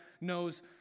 knows